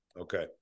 Okay